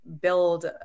build